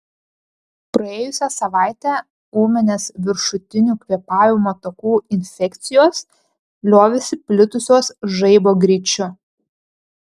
praėjusią savaitę ūminės viršutinių kvėpavimo takų infekcijos liovėsi plitusios žaibo greičiu